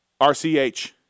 RCH